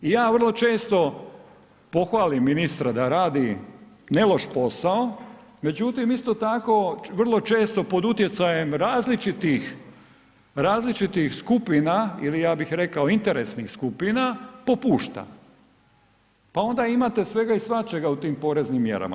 I ja vrlo često pohvalim ministra da radi ne loš posao, međutim isto tako vrlo često pod utjecajem različitih skupina, ja bih rekao interesnih skupina, popušta, pa onda imate svega i svačega u tim poreznim mjerama.